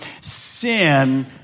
Sin